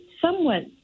somewhat